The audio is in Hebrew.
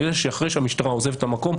יודע שאחרי שהמשטרה עוזבת את המקום,